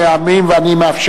לפעמים הוא בא,